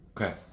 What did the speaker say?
Okay